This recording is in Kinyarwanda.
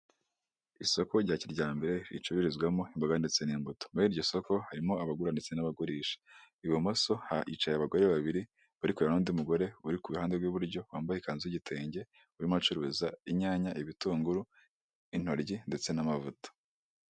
Isoko rya kijyambere ricururizwamo imboga ndetse n'imbuto. Muri iryo soko harimo abagura ndetse n'abagurisha, ibumoso hicaye abagore babari barikurebana n'undi mugore uri ku ruhande rw'i buryo wambaye ikanzu y'igitenge urimo uracuruza inyanya, ibitunguru, intoryi ndetse n' amavuta.